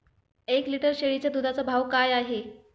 एक लिटर शेळीच्या दुधाचा भाव काय आहे?